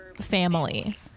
family